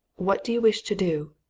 what do you wish to do?